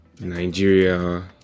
Nigeria